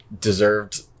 deserved